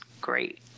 great